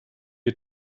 you